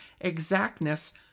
exactness